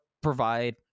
provide